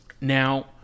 Now